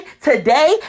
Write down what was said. today